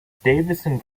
davison